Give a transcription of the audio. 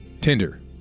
Tinder